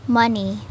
money